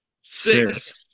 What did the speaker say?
six